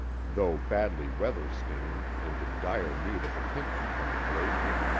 though badly weather-stained and in dire need of attention from the glazier,